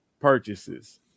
purchases